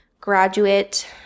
graduate